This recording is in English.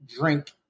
drink